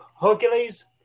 Hercules